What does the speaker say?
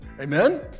amen